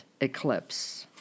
eclipse